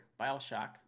Bioshock